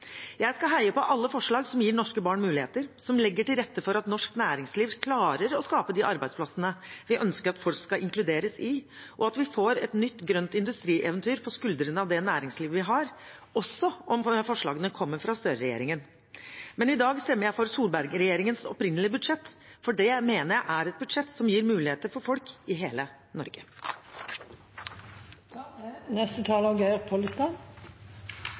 Jeg skal heie på alle forslag som gir norske barn muligheter, som legger til rette for at norsk næringsliv klarer å skape de arbeidsplassene vi ønsker at folk skal inkluderes i, og at vi får et nytt, grønt industrieventyr på skuldrene av det næringslivet vi har – også om forslagene kommer fra Støre-regjeringen. Men i dag stemmer jeg for Solberg-regjeringens opprinnelige budsjett, for det mener jeg er et budsjett som gir muligheter for folk i hele Norge. Det er